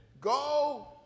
go